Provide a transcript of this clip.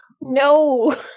No